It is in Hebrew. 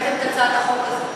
כשהבאתם את הצעת החוק הזאת.